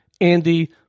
Andy